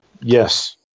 Yes